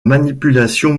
manipulation